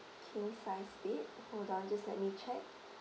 king sized bed hold on just let me check